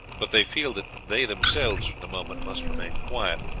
but they feel that they themselves for the moment must remain quiet,